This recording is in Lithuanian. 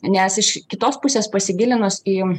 nes iš kitos pusės pasigilinus į